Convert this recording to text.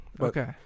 Okay